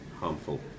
harmful